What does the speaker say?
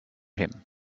him